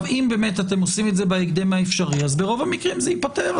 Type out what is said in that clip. אם אתם עושים את זה בהקדם האפשרי ברוב המקרים שזה ייפתר.